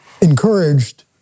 encouraged